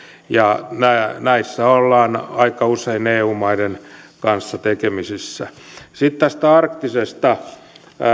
ja näissä ollaan aika usein eu maiden kanssa tekemisissä sitten tästä arktisesta